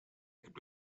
gibt